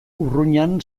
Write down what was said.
urruñan